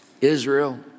Israel